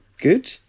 good